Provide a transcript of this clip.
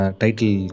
title